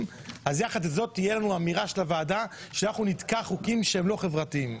אז תהיה אמירה של הוועדה שאנחנו נתקע חוקים שהם לא חברתיים.